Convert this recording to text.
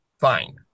Fine